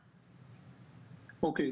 אוקיי.